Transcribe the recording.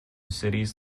cities